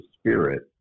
spirit